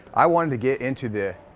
i wanted to get into the